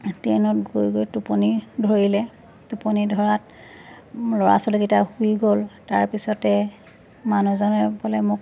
ট্ৰেইনত গৈ গৈ টোপনি ধৰিলে টোপনি ধৰাত ল'ৰা ছোৱালীকেইটা শুই গ'ল তাৰপিছতে মানুহজনে বোলে মোক